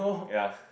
ya